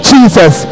Jesus